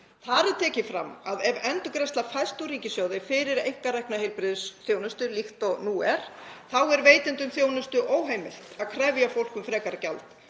Þar er tekið fram að ef endurgreiðsla fæst úr ríkissjóði fyrir einkarekna heilbrigðisþjónustu, líkt og nú er, þá sé veitendum þjónustu óheimilt að krefja fólk um frekara gjald